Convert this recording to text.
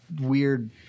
weird